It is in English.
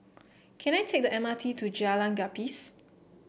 can I take the M R T to Jalan Gapis